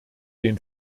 den